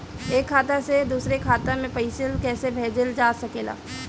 एक खाता से दूसरे खाता मे पइसा कईसे भेजल जा सकेला?